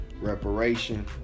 Reparation